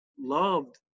loved